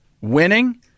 winning